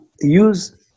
use